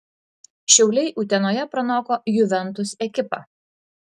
šiauliai utenoje pranoko juventus ekipą